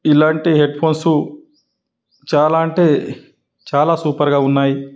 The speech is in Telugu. ఇలాంటి హెడ్ఫోన్సు చాలా అంటే చాలా సూపర్గా ఉన్నాయి